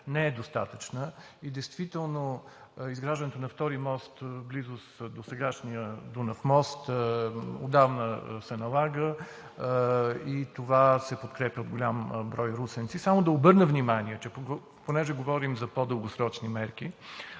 не е достатъчна. Действително изграждането на втори мост, в близост до сегашния Дунав мост, отдавна се налага и това се подкрепя от голям брой русенци. Само да обърна внимание, понеже говорим за по-дългосрочни мерки,